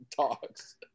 talks